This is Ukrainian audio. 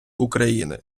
україни